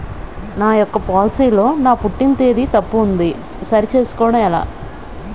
నా యెక్క పోలసీ లో నా పుట్టిన తేదీ తప్పు ఉంది సరి చేసుకోవడం ఎలా?